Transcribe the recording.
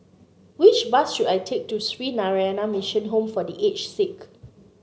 which bus should I take to Sree Narayana Mission Home for The Aged Sick